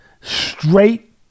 straight